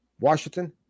Washington